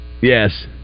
Yes